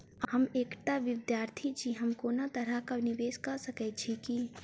हम एकटा विधार्थी छी, हम कोनो तरह कऽ निवेश कऽ सकय छी की?